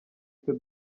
icyo